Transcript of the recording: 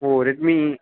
ஓ Redmi